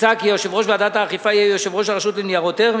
הוצע כי יושב-ראש ועדת האכיפה יהיה יושב-ראש הרשות לניירות ערך.